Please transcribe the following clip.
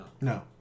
No